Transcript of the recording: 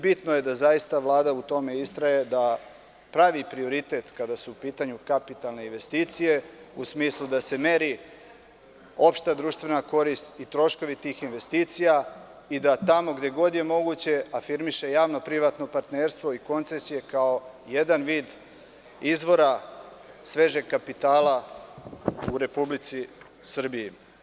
Bitno je da zaista Vlada u tome istraje da pravi prioritet kada su u pitanju kapitalne investicije u smislu da se meri opšta društvena korist i troškovi tih investicija i da tamo gde god je moguće afirmiše javno privatno partnerstvo i koncesije kao jedan vid izvora svežeg kapitala u Republici Srbiji.